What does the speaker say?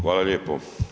Hvala lijepo.